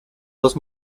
dos